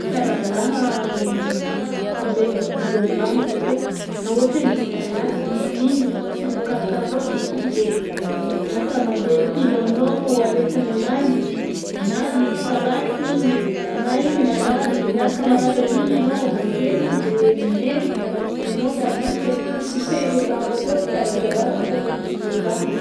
Tsy ara-dalàna m- tandegna biby an-dragno satria raha ohatra hoe misy parasy biby igny, sy voakarakanao biby igny de lasa mandeha mifindra aminao aretinananjy na misy parasy igny na igny marary de miaraka marary amin'igny ianao, mangery igny de maimbo de ianao miaraka mitegno fofon-tainy an-dragno akao, tsy ara-dalàna mitandregny biby an-dragno.